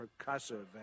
percussive